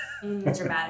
Dramatic